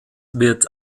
wird